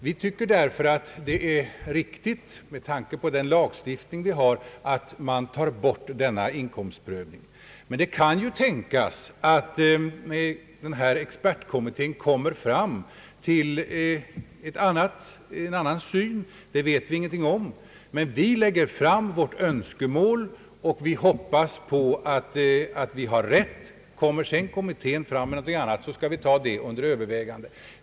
Med tanke på den lagstiftning vi har tycker vi att det är riktigt att man tar bort inkomstprövningen, men det kan ju tänkas att expertkommittén kommer fram till en annan syn på problemet. Det vet vi ingenting om. Vi lägger därför fram vårt önskemål, och vi hoppas att vi har rätt. Föreslår kommittén sedan något annat, så skall vi ta det under övervägande.